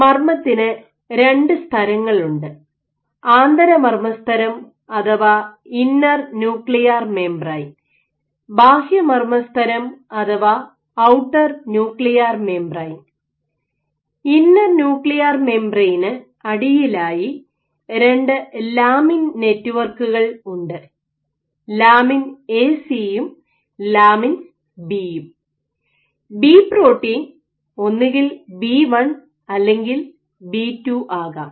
മർമ്മത്തിന് രണ്ട് സ്തരങ്ങളുണ്ട് ആന്തരമർമസ്തരം അഥവാ ഇന്നർ ന്യൂക്ലിയർ മെംബ്രെൻ ബാഹ്യമർമസ്തരം അഥവാ outer nuclear membrane inner nuclear മെംബ്രേയ്യന് അടിയിലായി രണ്ട് ലാമിൻ നെറ്റ്വർക്കുകൾ ഉണ്ട് ലാമിൻ എ സി യും ലാമിൻ ബി യും Lamin AC and Lamin B B protein ഒന്നുകിൽ ബി 1 അല്ലെങ്കിൽ ബി 2 ആകാം